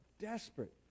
desperate